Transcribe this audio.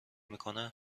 میکنه